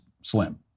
slim